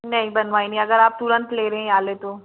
नहीं बनवाए नहीं अगर आप तुरंत ले रहे हैं ये वाले तो